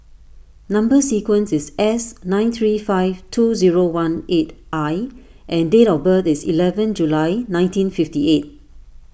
Number Sequence is S nine three five two zero one eight I and date of birth is eleven July nineteen fifty eight